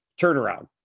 turnaround